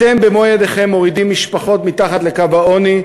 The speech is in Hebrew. אתם במו-ידיכם מורידים משפחות מתחת לקו העוני,